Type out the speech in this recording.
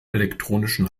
elektronischen